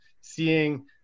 seeing